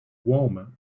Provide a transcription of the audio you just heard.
warmer